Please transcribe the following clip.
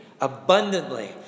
abundantly